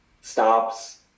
stops